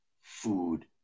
food